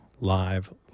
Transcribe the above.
live